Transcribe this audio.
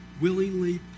willingly